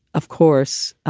of course,